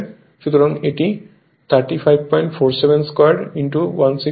সুতরাং এটি 3547 2 165 হয়